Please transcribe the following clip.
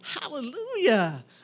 Hallelujah